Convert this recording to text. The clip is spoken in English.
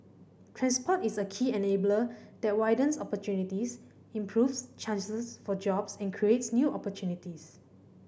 transport is a key enabler that widens opportunities improves chances for jobs and creates new opportunities